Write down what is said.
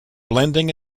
blending